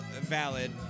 valid